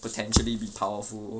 potentially be powerful